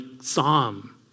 psalm